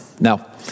Now